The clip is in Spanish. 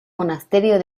monasterio